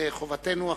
זו חובתנו,